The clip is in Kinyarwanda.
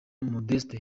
modeste